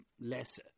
less